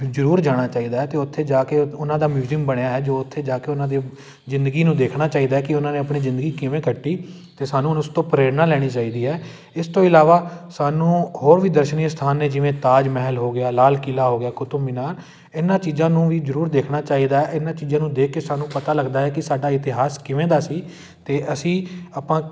ਜ਼ਰੂਰ ਜਾਣਾ ਚਾਹੀਦਾ ਹੈ ਅਤੇ ਉੱਥੇ ਜਾ ਕੇ ਉ ਉਹਨਾਂ ਦਾ ਮਿਊਜ਼ਅਮ ਬਣਿਆ ਹੈ ਜੋ ਉੱਥੇ ਜਾ ਕੇ ਉਹਨਾਂ ਦੇ ਜ਼ਿੰਦਗੀ ਨੂੰ ਦੇਖਣਾ ਚਾਹੀਦਾ ਕਿ ਉਹਨਾਂ ਨੇ ਆਪਣੀ ਜ਼ਿੰਦਗੀ ਕਿਵੇਂ ਕੱਟੀ ਅਤੇ ਸਾਨੂੰ ਹੁਣ ਉਸ ਤੋਂ ਪ੍ਰੇਰਨਾ ਲੈਣੀ ਚਾਹੀਦੀ ਹੈ ਇਸ ਤੋਂ ਇਲਾਵਾ ਸਾਨੂੰ ਹੋਰ ਵੀ ਦਰਸ਼ਨੀ ਸਥਾਨ ਨੇ ਜਿਵੇਂ ਤਾਜ ਮਹਿਲ ਹੋ ਗਿਆ ਲਾਲ ਕਿਲਾ ਹੋ ਗਿਆ ਕੁਤਬਮੀਨਾਰ ਇਹਨਾਂ ਚੀਜ਼ਾਂ ਨੂੰ ਵੀ ਜ਼ਰੂਰ ਦੇਖਣਾ ਚਾਹੀਦਾ ਇਹਨਾਂ ਚੀਜ਼ਾਂ ਨੂੰ ਦੇਖ ਕੇ ਸਾਨੂੰ ਪਤਾ ਲੱਗਦਾ ਹੈ ਕਿ ਸਾਡਾ ਇਤਿਹਾਸ ਕਿਵੇਂ ਦਾ ਸੀ ਅਤੇ ਅਸੀਂ ਆਪਾਂ